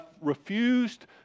refused